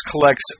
collects